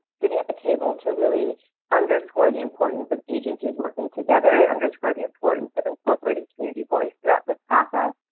sitting at the table to really underscore the importance of agencies working together and underscore the importance of incorporating community voice throughout this process.